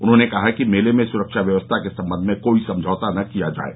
उन्होंने कहा कि मेले में सुरक्षा व्यवस्था के संबंध में कोई समझौता न किया जाये